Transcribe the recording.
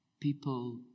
people